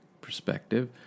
perspective